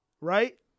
Right